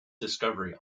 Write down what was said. discovery